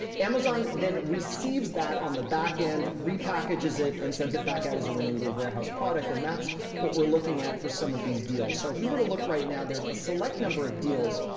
amazon then receives that on the back end repackages it and sends it back out as a renewal warehouse product. and that's what we're looking at for some of these deals. so if we were to look right now there's a select number of deals.